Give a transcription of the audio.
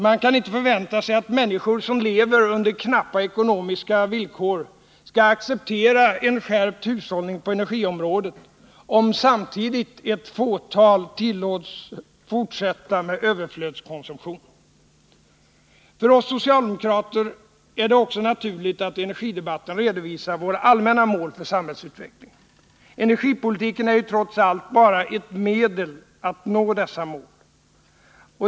Man kan inte förvänta sig att människor som lever under knappa villkor skall acceptera en skärpt hushållning på energiområdet om samtidigt ett fåtal tillåts fortsätta med överflödskonsumtion. För oss socialdemokrater är det också naturligt att i energidebatten redovisa våra allmänna mål för samhällsutvecklingen. Energipolitiken är ju trots allt bara ett medel att nå dessa mål.